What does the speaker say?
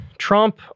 Trump